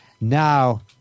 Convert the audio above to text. Now